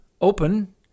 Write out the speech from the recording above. open